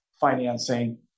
financing